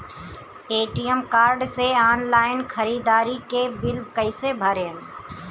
ATM card से online ख़रीदारी के बिल कईसे भरेम?